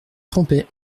trompé